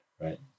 right